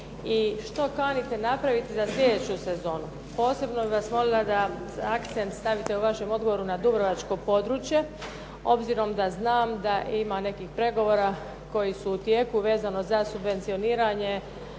što kanite napraviti za slijedeću sezonu? Posebno bih vas molila da akcent stavite u vašem odgovoru na dubrovačko područje, obzirom da znam da ima nekih pregovora koji su u tijeku vezano za subvencioniranje